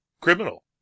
criminal